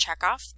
checkoff